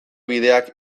bideak